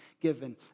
given